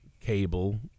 cable